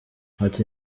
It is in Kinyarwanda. ati